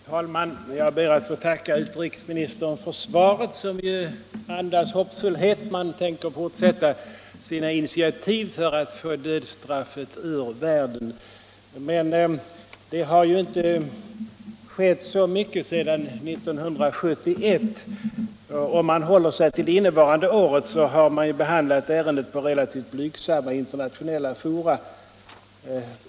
Fru talman! Jag ber att få tacka utrikesministern för svaret, som andas hoppfullhet — regeringen tänker fortsätta att ta initiativ för att få dödsstraffet ur världen. Men jag skulle vilja påpeka att det inte har skett mycket sedan 1971. Om man håller sig till det innevarande året har ärendet behandlats i relativt blygsamma internationella fora.